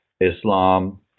Islam